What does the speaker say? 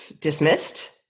dismissed